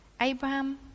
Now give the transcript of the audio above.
Abraham